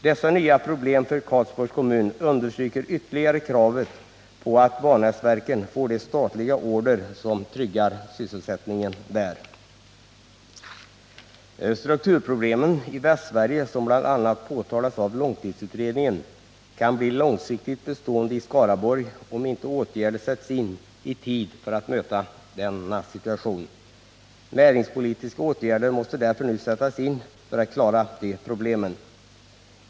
Dessa nya problem för Karlsborgs kommun understryker ytterligare kravet på att Vanäsverken får de statliga order som fordras för att där trygga sysselsättningen. Strukturproblemen i Västsverige, som bl.a. påtalats av långtidsutredningen, kan bli långsiktigt bestående i Skaraborgs län, om inte åtgärder sätts in itid för att möta denna situation. Näringspolitiska åtgärder måste därför nu sättas in för att lösa de problemen.